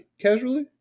casually